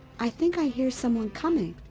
i think i hear someone coming.